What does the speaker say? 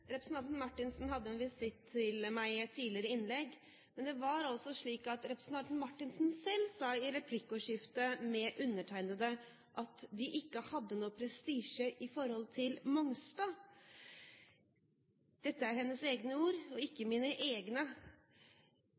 Representanten Marthinsen hadde en visitt til meg i et tidligere innlegg. Men det var altså slik at det var representanten Marthinsen selv som i replikkordskiftet med undertegnede sa at de ikke hadde noen prestisje knyttet til Mongstad. Dette er hennes egne ord og ikke mine.